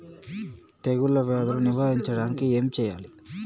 తెగుళ్ళ వ్యాధులు నివారించడానికి ఏం చేయాలి?